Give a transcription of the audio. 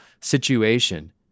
situation